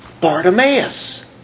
Bartimaeus